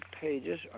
pages